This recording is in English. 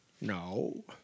No